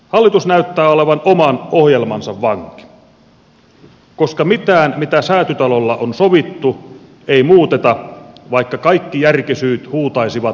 hallitus näyttää olevan oman ohjelmansa vanki koska mitään mitä säätytalolla on sovittu ei muuteta vaikka kaikki järkisyyt huutaisivat muutoksen puolesta